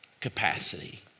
capacity